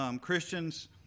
Christians